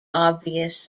obvious